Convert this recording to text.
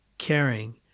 Caring